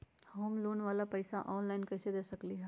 हम लोन वाला पैसा ऑनलाइन कईसे दे सकेलि ह?